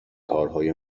کارهای